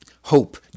hope